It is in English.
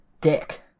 dick